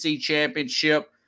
championship